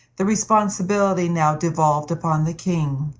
the responsibility now devolved upon the king.